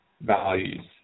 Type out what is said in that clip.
values